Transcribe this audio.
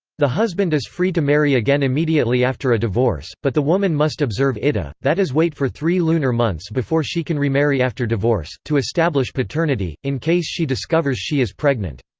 the husband is free to marry again immediately after a divorce, but the woman must observe iddah, that is wait for three lunar months before she can remarry after divorce, to establish paternity, in case she discovers she is pregnant.